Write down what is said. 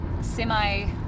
semi